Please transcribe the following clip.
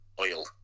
oil